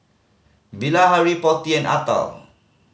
Bilahari Potti and Atal